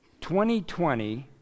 2020